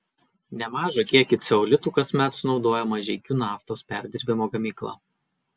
nemažą kiekį ceolitų kasmet sunaudoja mažeikių naftos perdirbimo gamykla